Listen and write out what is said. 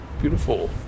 beautiful